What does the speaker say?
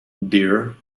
deer